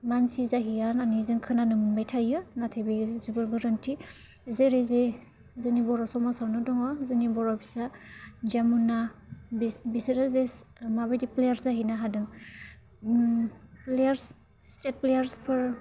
मानसि जाहैया होननानै जों खोनानो मोनबाय थायो नाथाय बेयो जोबोर गोरोन्थि जेरै जे जोंनि बर' समाजावनो दङ जोंनि बर फिसा जमुना बिसोरो जे मा बायदि प्लेयारस जाहैनो हादों प्लेयारस स्टेट प्लेयारसफोर